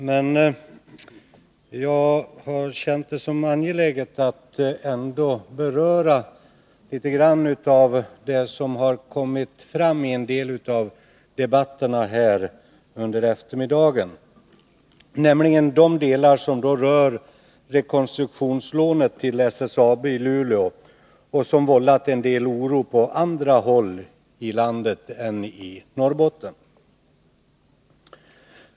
Men jag har känt det som angeläget att ändå beröra litet av det som har kommit fram i debatten under eftermiddagen, nämligen de delar av debatten som har berört rekonstruktionslånet till SSAB i Luleå, som har vållat en del oro på andra håll i landet än i Norrbotten.